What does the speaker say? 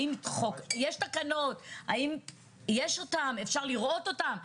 האם יש תקנות, אפשר לראות אותן?